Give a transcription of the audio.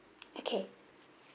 okay